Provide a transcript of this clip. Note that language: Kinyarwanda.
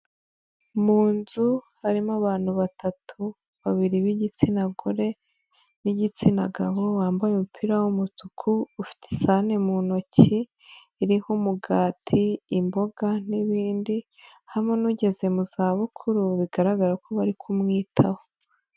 Mu nzu harimo abantu batatu babiri b'igitsina gore n'igitsina gabo wambaye umupira w'umutuku ufite isahani mu ntoki iriho umugati imboga n'ibindi hamwe n'ugeze mu za bukuru bigaragara ko bari kumwitaho.